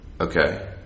Okay